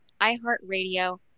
iHeartRadio